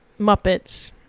Muppets